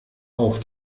auf